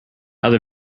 other